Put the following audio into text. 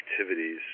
activities